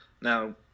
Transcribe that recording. Now